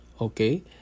Okay